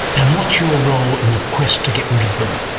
and what's your role in the quest to get rid of them?